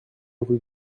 rue